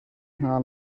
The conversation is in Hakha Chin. hnga